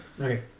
Okay